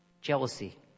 jealousy